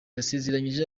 yasezeranyije